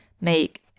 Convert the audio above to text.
make